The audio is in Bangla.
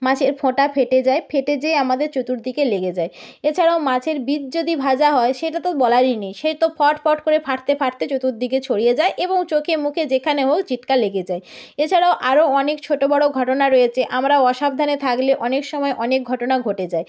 মাছের ফোঁটা ফেটে যায় ফেটে যেয়ে আমাদের চতুর্দিকে লেগে যায় এছাড়াও মাছের বীজ যদি ভাজা হয় সেটা তো বলারই নেই সে তো ফট ফট করে ফাটতে ফাটতে চতুর্দিকে ছড়িয়ে যায় এবং চোখে মুখে যেখানে হোক ছিটকে লেগে যায় এছাড়াও আরও অনেক ছোটো বড় ঘটনা রয়েছে আমরা অসাবধানে থাকলে অনেক সময় অনেক ঘটনা ঘটে যায়